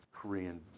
Korean